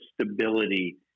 stability